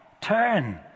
Turn